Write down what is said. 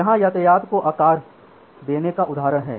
यहाँ यातायात को आकार देने का उदाहरण है